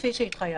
כפי שהתחייבנו.